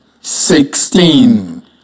sixteen